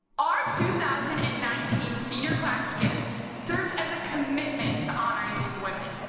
our two thousand and nineteen senior class gift serves as a commitment to honoring these women.